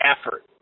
effort